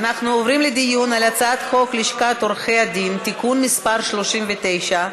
אנחנו עוברים לדיון על הצעת חוק לשכת עורכי-הדין (תיקון מס' 39),